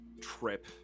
trip